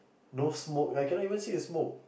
no smoke I cannot even see the smoke